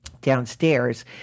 downstairs